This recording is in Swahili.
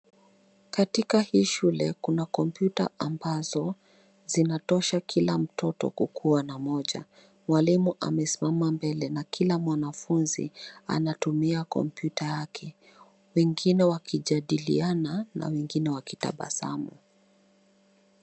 Katika hii shule kuna kompyuta ambazo zinatosha kila mtoto kukuwa na moja. Mwalimu amesimama mbele na kila mwanafunzi anatumia kompyuta yake, wengine wakijadiliana na wengine wakitabasamu.